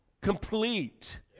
complete